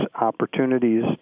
opportunities